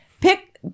pick